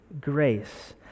grace